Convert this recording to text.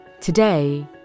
Today